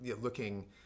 looking